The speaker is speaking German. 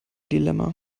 dilemma